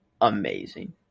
amazing